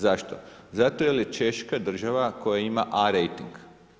Zašto, zato jer je Češka država koja ima A rejting.